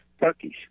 turkeys